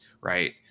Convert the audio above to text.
right